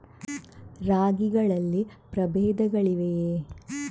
ರಾಗಿಗಳಲ್ಲಿ ಪ್ರಬೇಧಗಳಿವೆಯೇ?